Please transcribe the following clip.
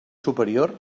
superior